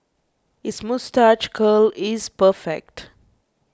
his moustache curl is perfect